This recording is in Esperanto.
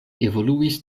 evoluis